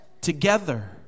together